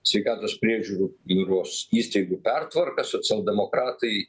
sveikatos priežiūros įstaigų įstaigų pertvarką socialdemokratai